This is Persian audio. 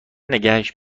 نگهش